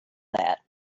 that